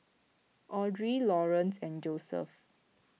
andrea Laurance and Joseph